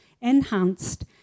enhanced